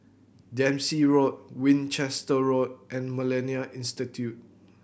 Dempsey Road Winchester Road and Millennia Institute